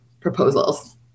Proposals